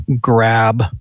grab